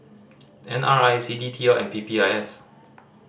N R I C D T L and P P I S